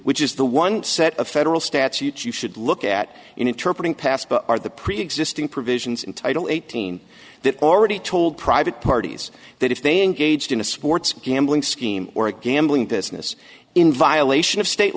which is the one set of federal statutes you should look at inter putting past are the preexisting provisions in title eighteen that already told private parties that if they engaged in a sports gambling scheme or a gambling business in violation of state